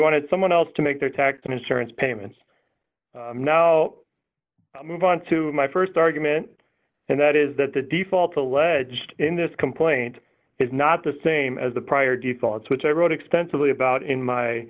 wanted someone else to make their tax and insurance payments now move on to my st argument and that is that the default alleged in this complaint is not the same as the prior de thoughts which i wrote extensively about in my